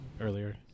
earlier